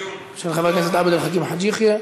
של חבר הכנסת עבד אל חכים חאג' יחיא.